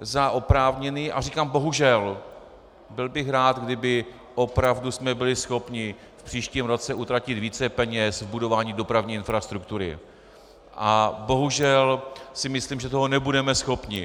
za oprávněný a říkám bohužel, byl bych rád, kdybychom opravdu byli schopni v příštím roce utratit více peněz v budování dopravní infrastruktury, a bohužel si myslím, že toho nebudeme schopni.